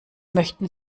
möchten